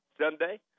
Sunday